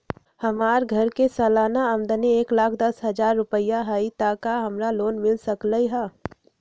हमर घर के सालाना आमदनी एक लाख दस हजार रुपैया हाई त का हमरा लोन मिल सकलई ह?